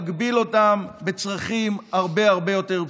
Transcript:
מגביל אותם בצרכים הרבה הרבה יותר בסיסיים.